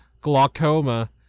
Glaucoma